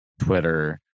Twitter